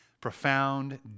profound